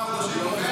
שבעה, שמונה חודשים.